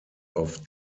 auf